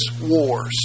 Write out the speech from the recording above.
wars